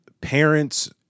parents